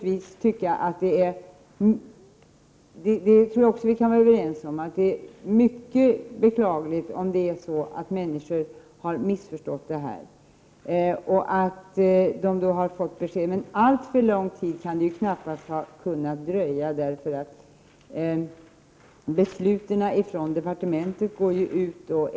Vi kan naturligtvis också vara överens om att det är mycket beklagligt om det är så att människor har missförstått det hela och om de har fått olika besked. Men alltför lång tid kan det knappast ha dröjt.